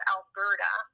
Alberta